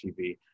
TV